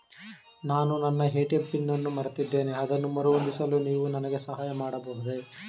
ನಾನು ನನ್ನ ATM PIN ಅನ್ನು ಮರೆತಿದ್ದೇನೆ ಅದನ್ನು ಮರುಹೊಂದಿಸಲು ನೀವು ನನಗೆ ಸಹಾಯ ಮಾಡಬಹುದೇ?